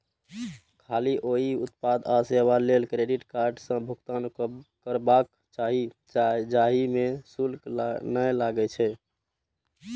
खाली ओइ उत्पाद आ सेवा लेल क्रेडिट कार्ड सं भुगतान करबाक चाही, जाहि मे शुल्क नै लागै छै